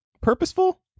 Purposeful